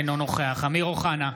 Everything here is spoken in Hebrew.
אינו נוכח אמיר אוחנה,